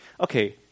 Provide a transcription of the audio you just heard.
Okay